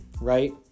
right